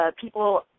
people